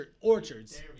Orchards